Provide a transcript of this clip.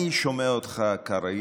אני שומע אותך, קרעי,